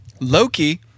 Loki